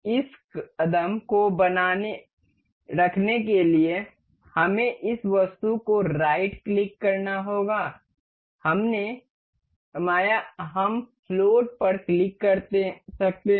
इस कदम को बनाए रखने के लिए हमें इस वस्तु को राइट क्लिक करना होगा हमने कमाया हम फ्लोट पर क्लिक कर सकते हैं